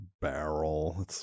barrel